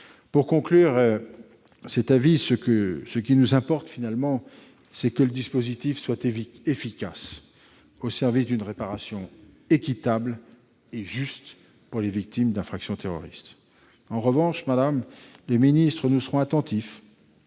entre les victimes. Ce qui nous importe, au total, c'est que le dispositif soit efficace, au service d'une réparation équitable et juste pour les victimes d'infractions terroristes. En revanche, madame la ministre, nous serons attentifs